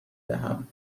دهم